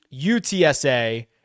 UTSA